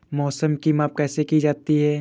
मौसम की माप कैसे की जाती है?